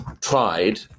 tried